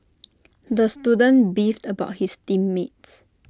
the student beefed about his team mates